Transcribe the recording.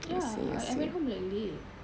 ya I went home like late